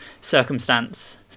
circumstance